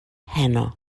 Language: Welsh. heno